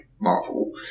Marvel